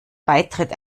beitritt